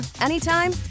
anytime